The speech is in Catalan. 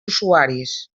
usuaris